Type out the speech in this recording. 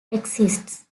exists